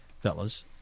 fellas